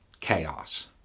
chaos